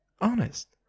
honest